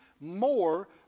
more